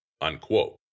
Unquote